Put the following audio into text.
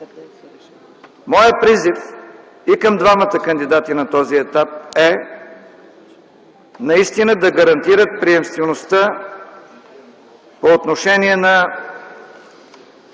Моят призив и към двамата кандидати на този етап е, наистина да гарантират приемствеността по отношение на